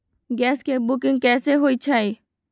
Gas के booking कैसे होईछई?